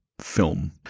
film